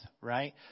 right